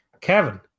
Kevin